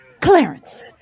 Clarence